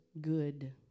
good